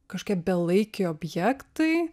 kažkaip belaikiai objektai